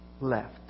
left